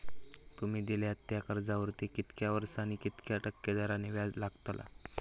तुमि दिल्यात त्या कर्जावरती कितक्या वर्सानी कितक्या टक्के दराने व्याज लागतला?